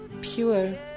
pure